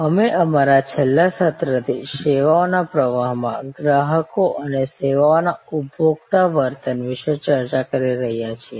અમે અમારા છેલ્લા સત્રથી સેવાઓના પ્રવાહમાં ગ્રાહકો અને સેવાઓના ઉપભોક્તા વર્તન વિશે ચર્ચા કરી રહ્યા છીએ